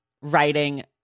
writing